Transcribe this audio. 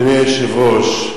אדוני היושב-ראש,